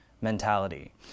mentality